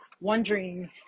wondering